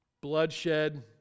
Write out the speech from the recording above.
Bloodshed